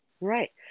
Right